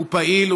הוא פעיל,